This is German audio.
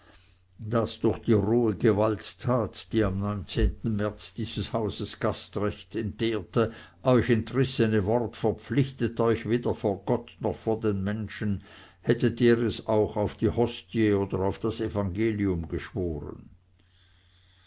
das durch die rohe gewalttat die am neunzehnten märz dieses hauses gastrecht entehrte euch entrissene wort verpflichtet euch weder vor gott noch vor den menschen hättet ihr es auch auf die hostie oder auf das evangelium geschworen